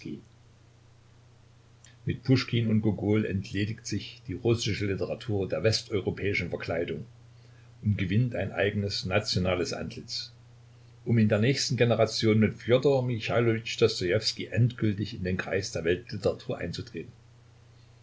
mit puschkin und gogol entledigt sich die russische literatur der westeuropäischen verkleidung und gewinnt ein eigenes nationales antlitz um in der nächsten generation mit fjedor michailowitsch dostojewski endgültig in den kreis der weltliteratur einzutreten